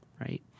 Right